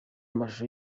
amashusho